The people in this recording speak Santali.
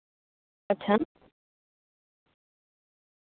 ᱟᱪᱪᱷᱟ